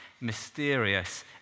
mysterious